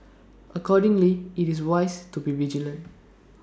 accordingly IT is wise to be vigilant